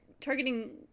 targeting